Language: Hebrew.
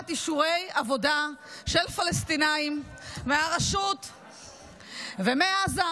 אישורי עבודה של פלסטינים מהרשות ומעזה,